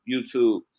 YouTube